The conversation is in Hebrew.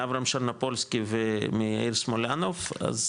אברהם שרנופולסקי ומיאיר סמוליאנוב אז